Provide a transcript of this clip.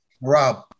rob